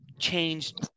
Changed